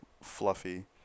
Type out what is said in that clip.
fluffy